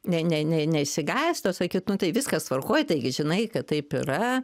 ne ne ne neišsigąst o sakyt nu tai viskas tvarkoj taigi žinai kad taip yra